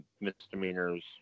misdemeanors